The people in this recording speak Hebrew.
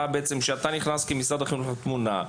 כשמשרד החינוך נכנס לתמונה,